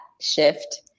shift